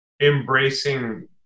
embracing